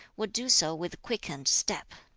would do so with quickened step!